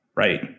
Right